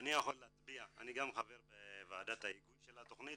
אני גם חבר בוועדת ההיגוי של התכנית.